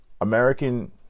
american